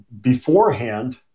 beforehand